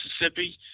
Mississippi